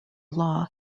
law